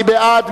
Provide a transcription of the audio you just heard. מי בעד?